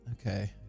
Okay